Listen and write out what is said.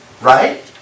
Right